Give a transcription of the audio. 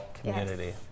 community